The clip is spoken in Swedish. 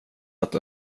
att